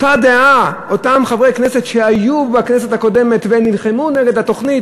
אותם חברי כנסת שהיו בכנסת הקודמת ונלחמו נגד התוכנית,